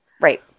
Right